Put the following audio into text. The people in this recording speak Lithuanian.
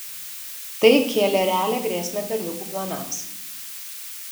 tai kėlė realią grėsmę berniukų planams